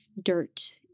dirt